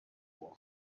war